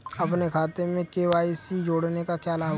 अपने खाते में के.वाई.सी जोड़ने का क्या लाभ है?